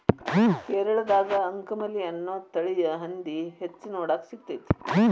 ಕೇರಳದಾಗ ಅಂಕಮಲಿ ಅನ್ನೋ ತಳಿಯ ಹಂದಿ ಹೆಚ್ಚ ನೋಡಾಕ ಸಿಗ್ತೇತಿ